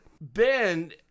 Ben